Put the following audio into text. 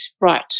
Right